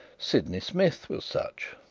sydney smith was such,